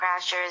crashers